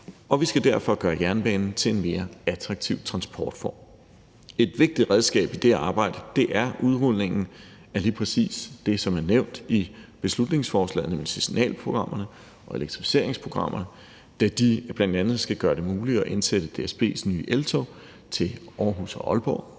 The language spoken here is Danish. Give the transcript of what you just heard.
og vi skal derfor gøre jernbanen til en mere attraktiv transportform. Et vigtigt redskab i det arbejde er udrulningen af lige præcis det, som er nævnt i beslutningsforslaget, nemlig signalprogrammet og elektrificeringsprogrammet, da disse bl.a. skal gøre det muligt at indsætte DSB's nye eltog til Aarhus og Aalborg,